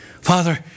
Father